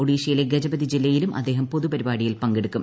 ഒഡീഷയിലെ ഗജപതി ജില്ലയിലും അദ്ദേഹം പൊതുപരിപാടിയിൽ പങ്കെടുക്കും